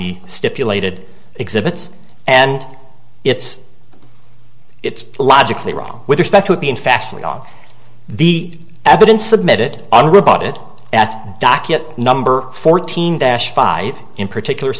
the stipulated exhibits and it's it's logically wrong with respect to it being fast with all the evidence submitted an rebut it at docket number fourteen dash five in particular